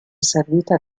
servita